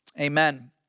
amen